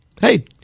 Hey